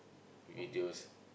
videos